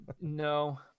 no